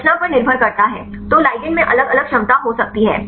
रचना पर निर्भर करता है तो लिगैंड में अलग अलग क्षमता हो सकती है